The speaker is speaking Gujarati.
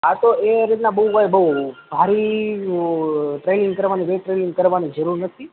હા તો એ રીતના બહુ ભારી ટ્રેનિંગ કરવાની જરૂર નથી